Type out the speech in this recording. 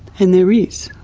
and there is,